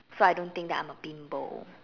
so I don't think that I am a bimbo